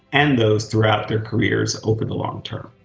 and those throughout their careers over the longterm.